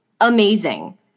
amazing